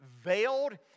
veiled